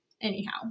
anyhow